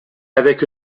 avec